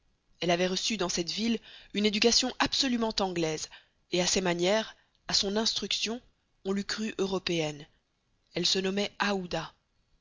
elle avait reçu dans cette ville une éducation absolument anglaise et à ses manières à son instruction on l'eût crue européenne elle se nommait aouda